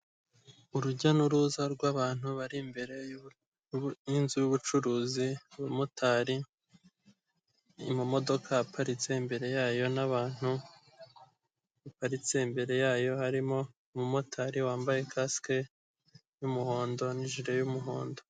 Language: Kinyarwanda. Urujya n'uruza rwabantu bari imbere yinzu yubucuruzi, abamotari mumodoka yaparitse, imbere yayo n'abantu paritse, imbere yayo harimo umumotari wambaye kasike y'umuhondo n'ijoro y'umuhondo.